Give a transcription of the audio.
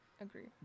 Agree